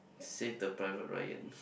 save the private Ryan